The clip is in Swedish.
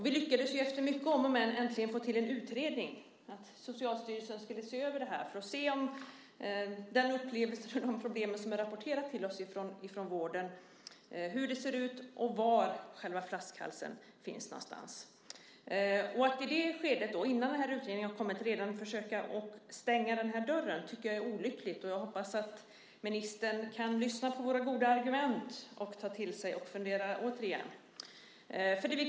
Vi lyckades ju efter mycket om och men äntligen få till en utredning där Socialstyrelsen skulle se över detta för att se över de problem som är rapporterade till oss från vården. Man skulle se hur det ser ut och var själva flaskhalsen finns någonstans. Att i det skedet, innan den här utredningen har kommit, försöka stänga den här dörren tycker jag är olyckligt. Jag hoppas att ministern kan lyssna på våra goda argument, ta till sig dem och fundera återigen.